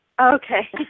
Okay